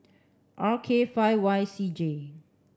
R K five Y C J